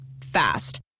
Fast